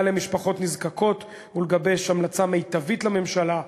למשפחות נזקקות ולגבש המלצה מיטבית לממשלה,